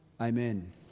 Amen